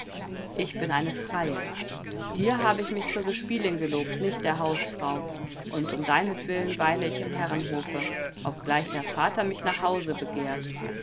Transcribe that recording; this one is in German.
ich bin eine freie dir habe ich mich zur gespielin gelobt nicht der hausfrau und um deinetwillen weile ich im herrenhofe obgleich der vater mich nach hause begehrt